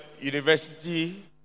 university